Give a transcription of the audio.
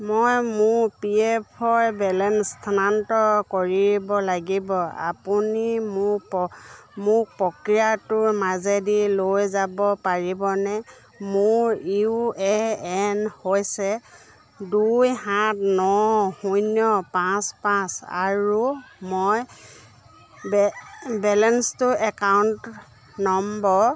মই মোৰ P F balance স্থানান্তৰ কৰিব লাগিব আপুনি মোক মোক প্ৰক্ৰিয়াটোৰ মাজেদি লৈ যাব পাৰিবনে মোৰ ইউ এ এন হৈছে দুই সাত ন শূন্য পাঁচ পাঁচ আৰু মই বেলেন্সটো একাউণ্ট নম্বৰ